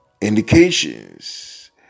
indications